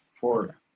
four